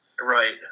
Right